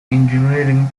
engineering